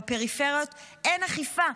בפריפריות אין אכיפה,